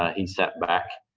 ah he sat back,